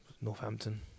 Northampton